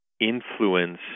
influence